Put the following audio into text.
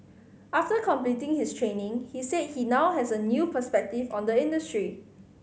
after completing his training he said he now has a new perspective on the industry